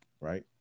right